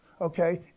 okay